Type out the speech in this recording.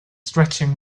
stretching